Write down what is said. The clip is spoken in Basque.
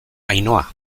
ainhoa